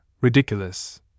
ridiculous